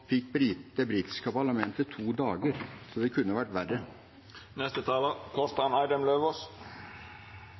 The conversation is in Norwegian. fikk det britiske parlamentet to dager, så det kunne vært verre.